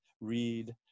read